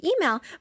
email